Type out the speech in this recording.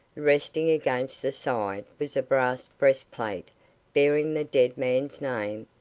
resting against the side, was a brass breastplate bearing the dead man's name,